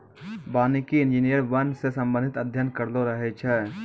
वानिकी इंजीनियर वन से संबंधित अध्ययन करलो रहै छै